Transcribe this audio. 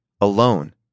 alone